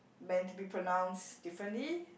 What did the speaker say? meant to be pronounced differently